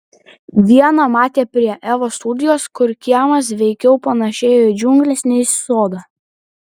vieną matė prie evos studijos kur kiemas veikiau panėšėjo į džiungles nei į sodą